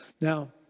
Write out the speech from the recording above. Now